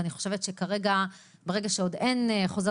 ואני חושבת שכרגע ברגע שעוד אין חוזר